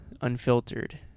Unfiltered